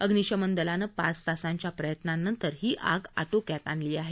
अग्नीशमन दलानं पाच तासांच्या प्रयत्नानंतर ही आग आटोक्यात आणली आहे